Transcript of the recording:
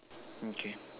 okay